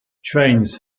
trains